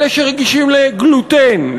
אלה שרגישים לגלוטן,